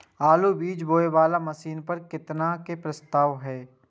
आलु बीज बोये वाला मशीन पर केतना के प्रस्ताव हय?